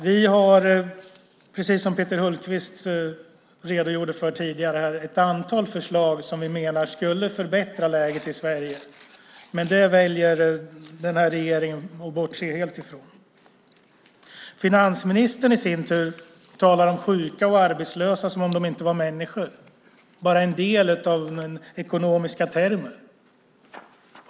Vi har, precis som Peter Hultqvist redogjorde för tidigare, ett antal förslag som vi menar skulle förbättra läget i Sverige, men det väljer den här regeringen att helt bortse från. Finansministern i sin tur talar om sjuka och arbetslösa som om de inte var människor, bara ekonomiska termer.